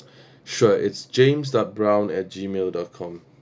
sure it's james dot brown at gmail dot com